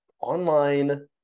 online